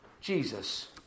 Jesus